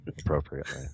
appropriately